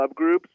subgroups